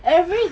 every